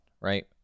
right